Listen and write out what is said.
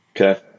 Okay